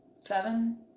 seven